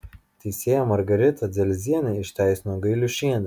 teisėja margarita dzelzienė išteisino gailiušienę